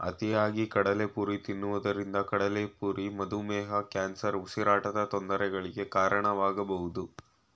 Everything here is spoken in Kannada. ಅತಿಯಾಗಿ ಕಡಲೆಪುರಿ ತಿನ್ನೋದ್ರಿಂದ ಕಡ್ಲೆಪುರಿ ಮಧುಮೇಹ, ಕ್ಯಾನ್ಸರ್, ಉಸಿರಾಟದ ತೊಂದರೆಗಳಿಗೆ ಕಾರಣವಾಗಬೋದು